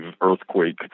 earthquake